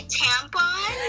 tampon